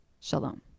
shalom